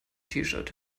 shirt